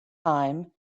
time